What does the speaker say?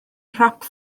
nhrap